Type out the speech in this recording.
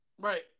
Right